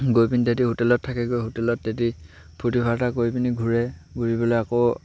গৈ পিনি তেহেতি হোটেলত থাকে গৈ হোটেলত তেহেতি ফূৰ্তি ফাৰ্তা কৰি পিনি ঘূৰে ঘূৰি পেলাই আকৌ